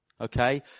okay